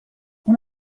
اون